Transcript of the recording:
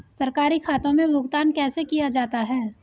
सरकारी खातों में भुगतान कैसे किया जाता है?